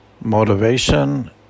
motivation